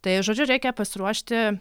tai žodžiu reikia pasiruošti